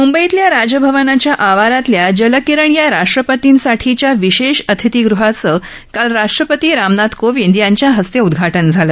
म्ंबईतल्या राजभवनाच्या आवारातल्या जल किरण या राष्ट्रपतींसाठीच्या विशेष अतिथीगृहाचं काल राष्ट्रपती रामनाथ कोविंद यांच्या हस्ते उदघाटन झालं